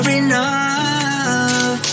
enough